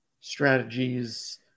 strategies